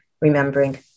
Remembering